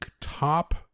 Top